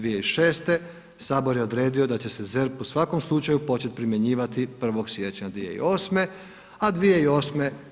2006. sabor je odredio da će se ZERP u svakom slučaju početi primjenjivati 1. siječnja 2008., a 2008.